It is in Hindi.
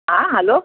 हाँ हलो